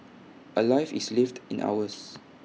A life is lived in hours